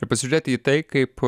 ir pasižiūrėti į tai kaip